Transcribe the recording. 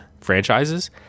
franchises